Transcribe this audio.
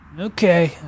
Okay